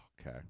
Okay